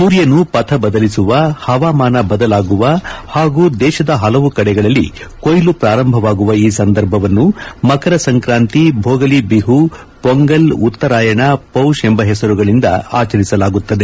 ಸೂರ್ಯನು ಪಥ ಬದಲಿಸುವ ಹವಾಮಾನ ಬದಲಾಗುವ ಹಾಗೂ ದೇಶದ ಪಲವು ಕಡೆಗಳಲ್ಲಿ ಕೊಯ್ಲು ಪ್ರಾರಂಭವಾಗುವ ಈ ಸಂದರ್ಭವನ್ನು ಮಕರ ಸಂಕ್ರಾಂತಿ ಭೋಗಲಿ ಬಿಹು ಹೊಂಗಲ್ ಉತ್ತರಾಯಣ ಪೌಷ್ ಎಂಬ ಹೆಸರುಗಳಿಂದ ಆಚರಿಸಲಾಗುತ್ತದೆ